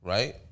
Right